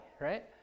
right